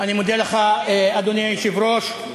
אני מודה לך, אדוני היושב-ראש.